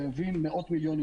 חייבים מאות-מילונים,